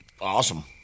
Awesome